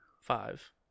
five